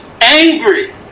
angry